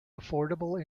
affordable